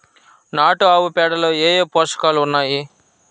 నాటు ఆవుపేడలో ఏ ఏ పోషకాలు ఉన్నాయి?